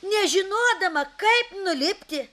nežinodama kaip nulipti